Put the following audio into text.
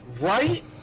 Right